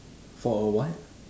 for a what